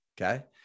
Okay